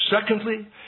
secondly